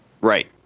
Right